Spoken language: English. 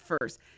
first